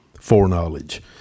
foreknowledge